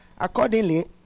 Accordingly